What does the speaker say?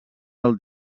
del